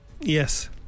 Yes